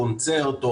קונצרט,